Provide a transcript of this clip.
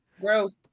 Gross